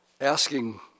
asking